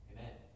Amen